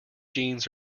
jeans